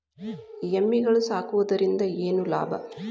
ಎಮ್ಮಿಗಳು ಸಾಕುವುದರಿಂದ ಏನು ಲಾಭ?